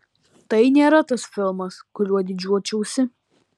tai nėra tas filmas kuriuo didžiuočiausi